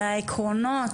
על העקרונות,